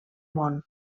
món